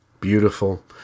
Beautiful